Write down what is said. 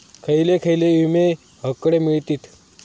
खयले खयले विमे हकडे मिळतीत?